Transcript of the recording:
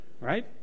Right